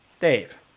Dave